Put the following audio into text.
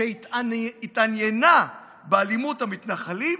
שהתעניינה באלימות המתנחלים